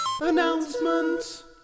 Announcement